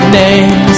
names